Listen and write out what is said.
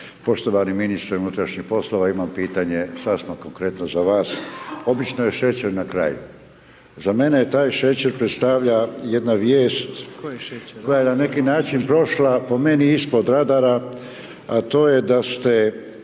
Poštovani ministre unutrašnjih poslova, imam pitanje, sad smo konkretno za vas. Obično je šećer na kraju. Za mene je taj šećer predstavlja jedna vijest koja je na neki način prošla, po meni ispod radara, a to je da ste